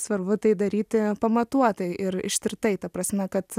svarbu tai daryti pamatuotai ir ištirtai ta prasme kad